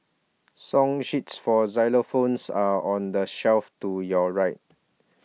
song sheets for xylophones are on the shelf to your right